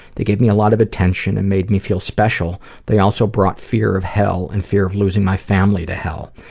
they gave me a lot of attention and made me feel special they also brought fear of hell and fear of losing my family to hell.